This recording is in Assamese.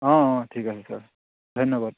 অঁ অঁ ঠিক আছে ছাৰ ধন্যবাদ